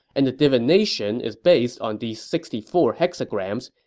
and the divination is based on these sixty four hexagrams,